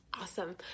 Awesome